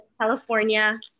California